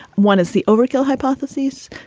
one is the overkill hypothesis.